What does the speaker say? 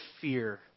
fear